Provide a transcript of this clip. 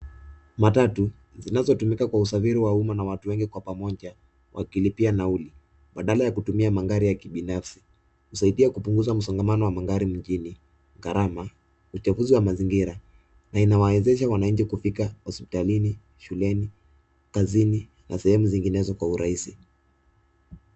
Matatu, zinazotumika kwa usafiri wa umma na watu wengi kwa pamoja wakilipia nauli baadala ya kutumia magari ya kibinafsi. Husaidia kupunguza msongamano wa magari mjini, gharama, uchafuzi wa mazingira na inawawezesha wananchi kufika shuleni, hospitalini, kazini na sehemu zinginezo kwa urahisi.